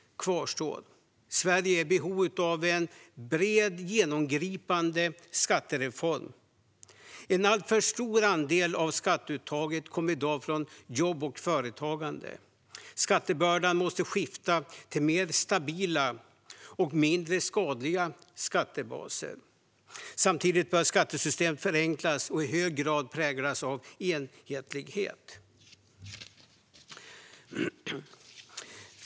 Sverige är i behov av en bred, genomgripande skattereform. En alltför stor andel av skatteuttaget kommer i dag från jobb och företagande. Skattebördan måste skifta till mer stabila och mindre skadliga skattebaser. Samtidigt bör skattesystemet förenklas och i hög grad präglas av enhetlighet.